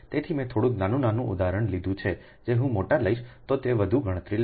તેથી મેં થોડુંક નાનું નાનું ઉદાહરણ લીધું છે જો હું મોટો લઇશ તો તે વધુ ગણતરી લેશે